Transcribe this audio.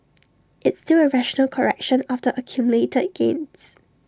it's still A rational correction after accumulated gains